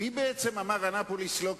מי בעצם אמר: אנאפוליס לא קיימת?